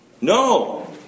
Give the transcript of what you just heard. No